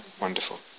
Wonderful